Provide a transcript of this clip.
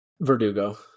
Verdugo